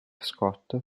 scott